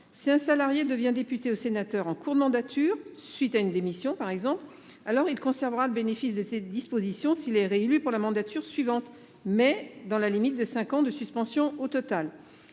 si un salarié devient député ou sénateur en cours de mandature, à la suite d’une démission, par exemple, il conservera le bénéfice de ces dispositions s’il est réélu pour la mandature suivante, mais dans la limite de cinq ans de suspension au total.